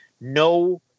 no